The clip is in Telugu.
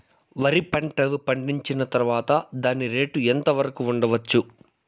వరి పంటలు పండించిన తర్వాత దాని రేటు ఎంత వరకు ఉండచ్చు